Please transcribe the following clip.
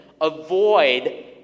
avoid